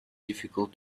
difficult